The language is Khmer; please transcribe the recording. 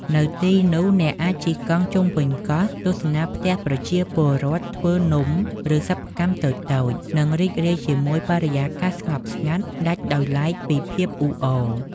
នៅទីនោះ អ្នកអាចជិះកង់ជុំវិញកោះ ទស្សនាផ្ទះប្រជាពលរដ្ឋធ្វើនំ ឬសិប្បកម្មតូចៗ និងរីករាយជាមួយបរិយាកាសស្ងប់ស្ងាត់ដាច់ដោយឡែកពីភាពអ៊ូអរ។